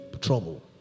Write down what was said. trouble